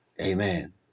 Amen